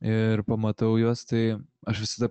ir pamatau juos tai aš visada